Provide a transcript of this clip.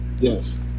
yes